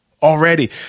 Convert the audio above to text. Already